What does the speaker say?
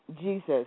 Jesus